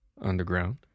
underground